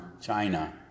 China